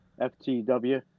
FTW